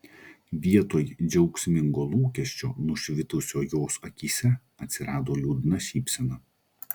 vietoj džiaugsmingo lūkesčio nušvitusio jos akyse atsirado liūdna šypsena